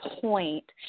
point